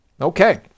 Okay